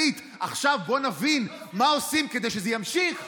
אנחנו רוצים שתציג לנו את הדף האדום שלך,